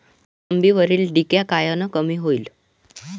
मोसंबीवरील डिक्या कायनं कमी होईल?